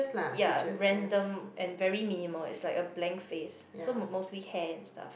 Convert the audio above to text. ya random and very minimal it's like a blank face so m~ mostly hair and stuff